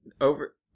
over